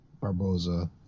Barboza